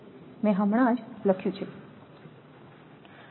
મેં હમણાં જ લખ્યું છે